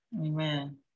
amen